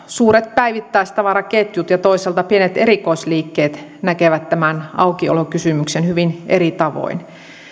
suuret päivittäistavaraketjut ja toisaalta pienet erikoisliikkeet näkevät tämän aukiolokysymyksen hyvin eri tavoin